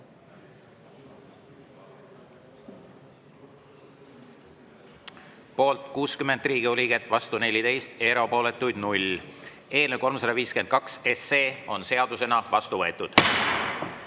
Poolt 60 Riigikogu liiget, vastu 14, erapooletuid 0. Eelnõu 352 on seadusena vastu võetud.